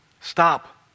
stop